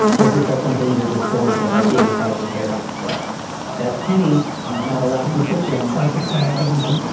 as if that's something you're just born with, like being a sagittarius. like that's kenny. he's not allowed in the kitchen classics and doesn't go.